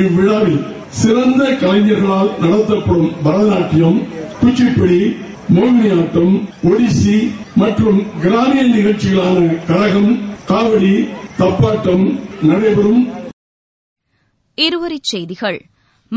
இவ்விழாவில் சிறந்த கலைஞர்களால் நடத்தப்படும் பாதநாட்டியம் குச்சிப்படி மோகினியாட்டம் ஓட்சி மற்றும் கிராமிய நிகழ்ச்சிகளான கரகம் காவடி தப்பாட்டம் நடைபெறும் இருவரிச்செய்திகள்